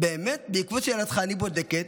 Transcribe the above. באמת בעקבות שאלתך אני בודקת.